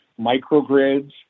microgrids